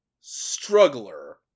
Struggler